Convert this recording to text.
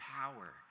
power